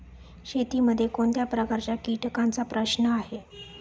शेतीमध्ये कोणत्या प्रकारच्या कीटकांचा प्रश्न आहे?